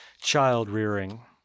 Child-rearing